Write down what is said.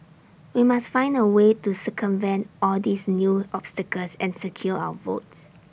we must find A way to circumvent all these new obstacles and secure our votes